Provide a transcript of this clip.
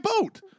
boat